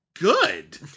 good